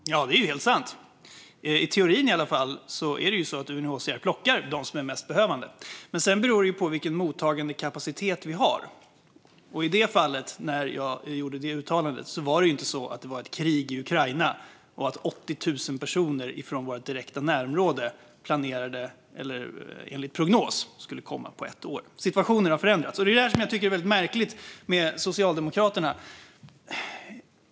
Fru talman! Det är helt sant. I teorin i varje fall är det så att UNHCR plockar de mest behövande. Men sedan beror det på vilken mottagandekapacitet vi har. När jag gjorde det uttalandet var det inte så att det var ett krig i Ukraina och att 80 000 personer från vårt direkta närområde enligt prognos skulle komma på ett år. Situationen har förändrats. Det är mycket märkligt med Socialdemokraterna.